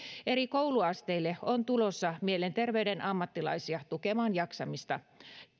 eri kouluasteille on tulossa mielenterveyden ammattilaisia tukemaan jaksamista